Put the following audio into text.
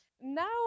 now